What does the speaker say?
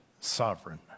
sovereign